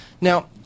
Now